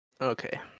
okay